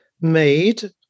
made